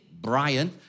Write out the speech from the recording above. Brian